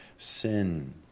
Sin